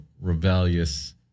rebellious